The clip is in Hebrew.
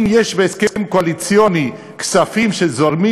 אם יש בהסכם קואליציוני כספים שזורמים